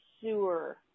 sewer